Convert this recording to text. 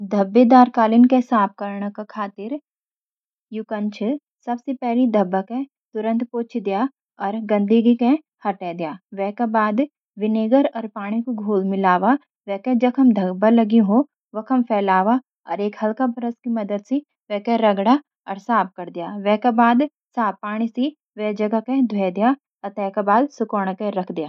धब्बेदार कालीन के साफ़ करणा खातिर कुछ यू कंन छन: धब्बे को तुरंत पोछा आर गंदगी के हटाए दया वे का बाद विनेगर और पानी का घोल मिलवा जख्म धब्बा लगयू वखम फैलावा आर एक हल्का ब्रश की मदद सी वे के रगड़ा अर साफ करी दया, वे का बाद साफ पानी सी वे जगह के धोयि दया अर ते का बाद सुखोंन के रखी दया